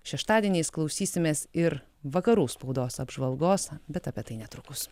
šeštadieniais klausysimės ir vakarų spaudos apžvalgos bet apie tai netrukus